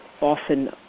often